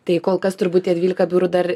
tai kol kas turbūt tie dvylika biurų dar